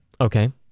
okay